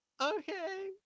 okay